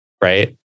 right